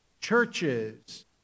churches